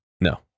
No